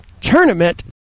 tournament